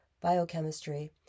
biochemistry